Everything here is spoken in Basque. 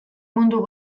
mundu